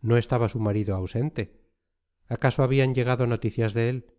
no estaba su marido ausente acaso habían llegado noticias de él